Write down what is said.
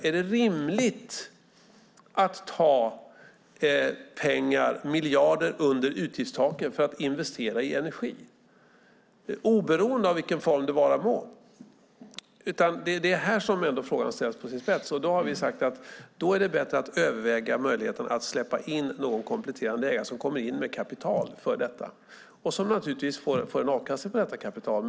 Är det rimligt att ta pengar - miljarder under utgiftstaken - för att investera i energi, i vilken form det vara må? Det är här som frågan ställs på sin spets. Vi har sagt att det då är bättre att överväga möjligheten att släppa in någon kompletterande ägare som kommer in med kapital för detta och som naturligtvis får en avkastning på kapitalet.